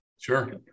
Sure